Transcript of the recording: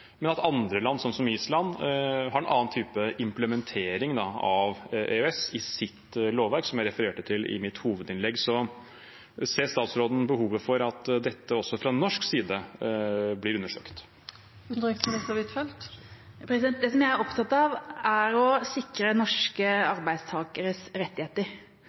men andre land, sånn som Island, har en annen type implementering av EØS i sitt lovverk, som jeg refererte til i mitt hovedinnlegg. Ser statsråden behov for at dette også fra norsk side blir undersøkt? Det jeg er opptatt av, er å sikre norske arbeidstakeres rettigheter.